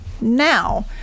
Now